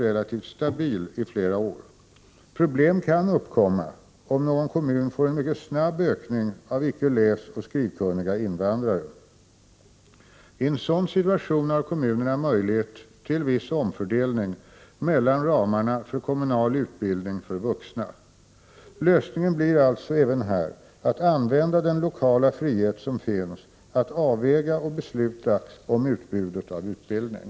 1988/89:9 relativt stabil i flera år. Problem kan uppkomma, om någon kommun får en 13 oktober 1988 mycket snabb ökning av icke läsoch skrivkunniga invandrare. I en sådan situation har kommunerna möjlighet till viss omfördelning mellan ramarna för kommunal utbildning för vuxna. Lösningen blir alltså även här att använda den lokala frihet som finns att avväga och besluta om utbudet av utbildning.